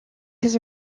his